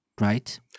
right